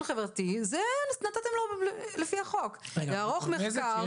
חברתי זה אתם נתתם לו לפי החוק לערוך את המחקר.